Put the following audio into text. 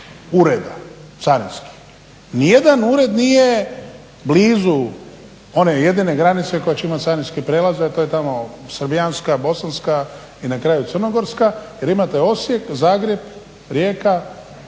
ureda, carinskih. Nijedan ured nije blizu one jedine granice koja će imati carinske prijelaze, a to je tamo srbijanska, bosanska i na kraju crnogorska jer imate Osijek, Zagreb, Rijeka,